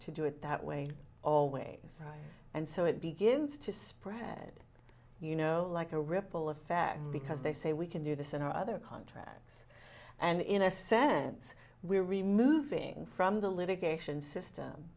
to do it that way always and so it begins to spread you know like a ripple effect because they say we can do this and our other contracts and in a sense we're removing from the litigation system